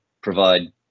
provide